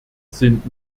sind